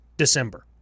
December